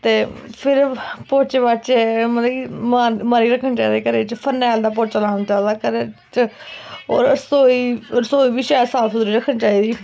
ते फिर पौचे पाच्चे मतलब कि मारियै रक्खने चाहिदे घरै च फरनैल दा पौचा लाना चाहिदा घरै च होर रसोई बी शैल लाफ सुथरी रक्खनी चाहिदी